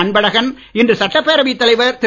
அன்பழகன் இன்று சட்டப்பேரவைத் தலைவர் திரு